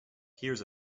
hears